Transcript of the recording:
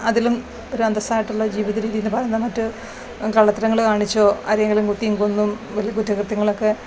അതിലും ഒരു അന്തസ്സായിട്ടുള്ള ജീവിതരീതി എന്ന് പറയുന്നത് മറ്റ് കള്ളത്തരങ്ങൾ കാണിച്ചോ ആരേയെങ്കിലും കുത്തിയും കൊന്നും വലിയ കുറ്റകൃത്യങ്ങളൊക്കെ